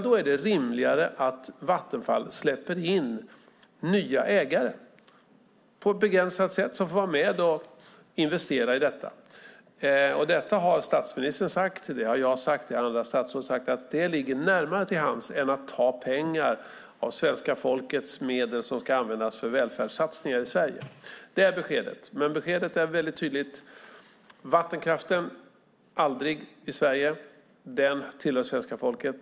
Då är det rimligare att Vattenfall släpper in nya ägare på ett begränsat sätt. De får vara med och investera. Detta har statsministern sagt. Det har också jag och andra statsråd sagt. Detta ligger närmare till hands än att ta svenska folkets medel som ska användas för välfärdssatsningar i Sverige. Detta är beskedet. Beskedet är alltså tydligt: Vattenkraften tillhör svenska folket.